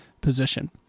position